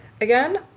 again